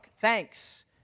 Thanks